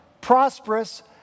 prosperous